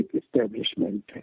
establishment